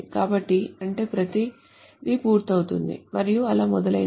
కాబట్టి అంటే ప్రతిదీ పూర్తవుతుంది మరియు అలా మొదలైనవి